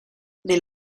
del